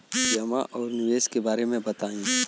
जमा और निवेश के बारे मे बतायी?